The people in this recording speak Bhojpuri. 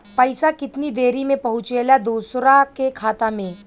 पैसा कितना देरी मे पहुंचयला दोसरा के खाता मे?